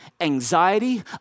anxiety